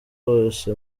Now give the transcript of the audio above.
wose